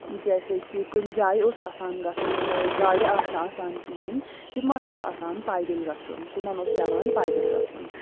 جیسے کہِ کُنہِ جایہِ اوس آسان گژھُن تہٕ گاڑِ آسنہٕ آسان کِہیٖنۍ تِمن اوس آسان پایدٔلۍ گژھُن تِمن اوس پٮ۪وان پایدٔلۍ گژھُن